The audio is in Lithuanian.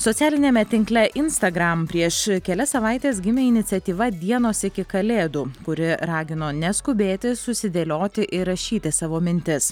socialiniame tinkle instagram prieš kelias savaites gimė iniciatyva dienos iki kalėdų kuri ragino neskubėti susidėlioti įrašyti savo mintis